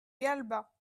galbas